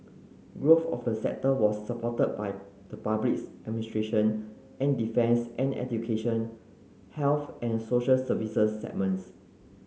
growth of the sector was supported by the public administration and defence and education health and social services segments